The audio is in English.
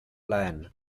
plan